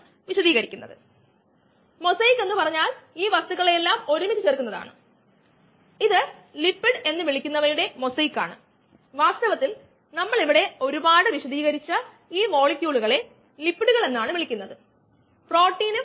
അതിനാൽ മന്ദഗതിയിലുള്ള പ്രോസസ്സ് നോക്കുമ്പോൾ വേഗതയെറിയ പ്രോസസ്സ് നമ്മൾ പരിഗണയിൽ എടുക്കുന്നു അതായത് സ്യുഡോ സ്റ്റെഡി സ്റ്റേറ്റ് യാഥാർതത്തിൽ അതു മാറാം പക്ഷെ ആ മാറ്റം പ്രോസസ്സിനെ ബാധിക്കില്ല അതായത് മന്ദഗതിയിലുള്ള പ്രോസസ്സ്